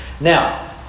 Now